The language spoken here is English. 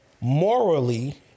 morally